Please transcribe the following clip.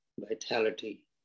vitality